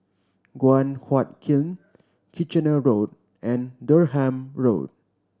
Guan Huat Kiln Kitchener Road and Durham Road